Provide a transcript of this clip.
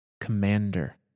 Commander